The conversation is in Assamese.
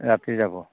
ৰাতি যাব